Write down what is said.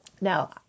Now